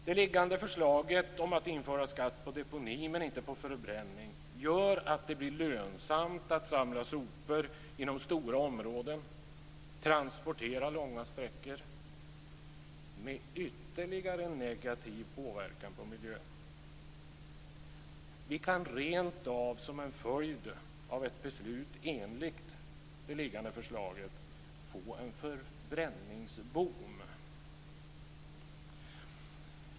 Det liggande förslaget om att införa skatt på deponi men inte på förbränning gör att det blir lönsamt att samla in sopor från stora områden och transportera dem långa sträckor med ytterligare negativ påverkan på miljön. Vi kan rentav som en följd av ett beslut enligt det liggande förslaget få en förbränningsboom.